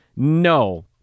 No